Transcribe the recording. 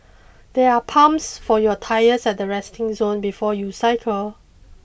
there are pumps for your tyres at the resting zone before you cycle